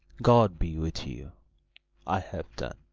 god be with you i have done